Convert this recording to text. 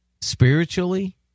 Spiritually